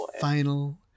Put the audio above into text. final